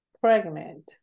pregnant